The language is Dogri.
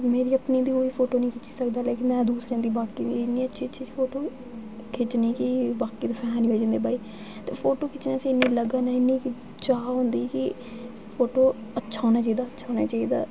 मेरी कोई फोटो नीं खि च्ची सकदा लेकिन में दूसरें इन्नी अच्छी अच्छी खिच्चनी कि बाकी बी फैन होई जंदे ब फोटो खिच्चने दी इन्नी लगन ऐ चाह् होंदी कि फोटो अच्छा होना चाहिदा